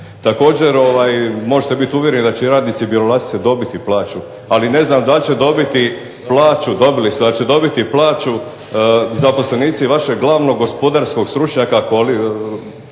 Također, možete biti uvjereni da će i radnici "Bjelolasice" dobiti plaću, ali ne znam da li će dobiti plaću, dobili su, da li će dobiti plaću zaposlenici vašeg glavnog gospodarskog stručnjaka